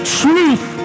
truth